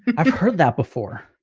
i've heard that before.